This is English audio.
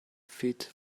fit